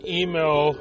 email